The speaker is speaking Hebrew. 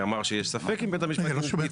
אמר ש-"יש ספק אם בית המשפט יתערב,